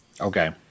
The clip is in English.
Okay